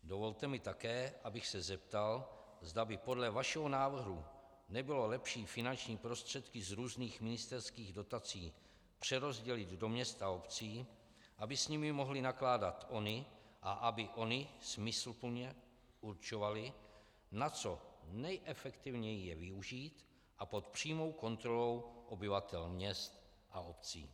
Dovolte mi také, abych se zeptal, zda by podle vašeho návrhu nebylo lepší finanční prostředky z různých ministerských dotací přerozdělit do měst a obcí, aby s nimi mohly nakládat ony a aby ony smysluplně určovaly, na co nejefektivněji je využít a pod přímou kontrolou obyvatel měst a obcí.